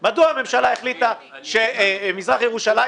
מדוע הממשלה החליטה שמזרח ירושלים,